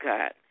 God